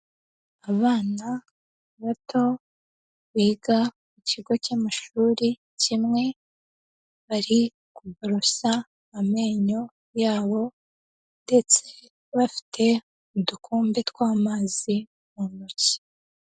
Abana bato biga mu kigo cy'amashuri kimwe, bari kuborosa amenyo yabo ndetse bafite udukombe tw'amazi mu ntoki.